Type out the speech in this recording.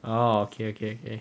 ah okay okay okay